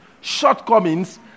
shortcomings